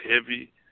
heavy